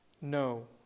No